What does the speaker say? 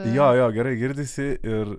jo gerai girdisi ir